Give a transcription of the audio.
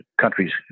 countries